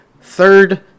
third